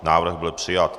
Návrh byl přijat.